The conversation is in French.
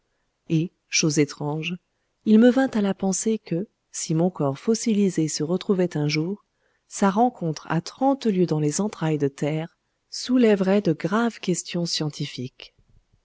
et chose étrange il me vint à la pensée que si mon corps fossilisé se retrouvait un jour sa rencontre à trente lieues dans les entrailles de terre soulèverait de graves questions scientifiques